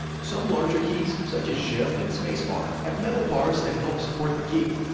some larger keys, such as shift and spacebar, have metal bars that help support the key.